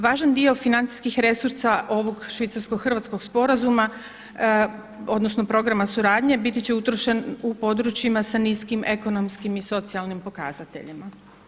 Važan dio financijskih resursa ovog švicarsko-hrvatskog sporazuma odnosno programa suradnje biti će utrošen u područjima sa niskim ekonomskim i socijalnim pokazateljima.